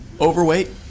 overweight